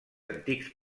antics